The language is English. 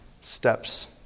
steps